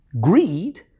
Greed